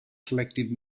collective